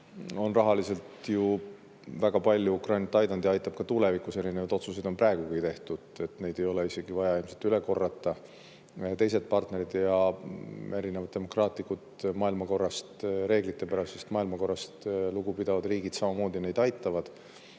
on rahaliselt ju väga palju Ukrainat aidanud ja aitab ka tulevikus, erinevaid otsuseid on praegugi tehtud, neid ei ole isegi vaja ilmselt üle korrata. Teised partnerid ja erinevad demokraatlikust maailmakorrast, reeglipärasest maailmakorrast lugu pidavad riigid samamoodi neid aitavad.